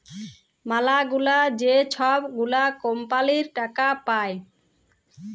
ম্যালাগুলা যে ছব গুলা কম্পালির টাকা পায়